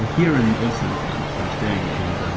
ah here in old san juan is where i'm staying. and, um